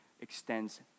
extends